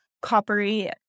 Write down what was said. coppery